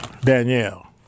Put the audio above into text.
Danielle